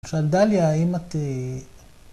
‫עכשיו, דליה, האם את...